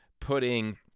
putting